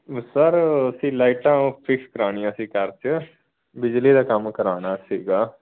sir ਅਸੀਂ ਲਾਈਟਾਂ fix ਕਰਾਉਣੀਆਂ ਸੀ ਘਰ 'ਚ ਬਿਜਲੀ ਦਾ ਕੰਮ ਕਰਾਉਣਾ ਸੀਗਾ